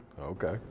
Okay